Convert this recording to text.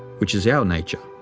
which is our nature,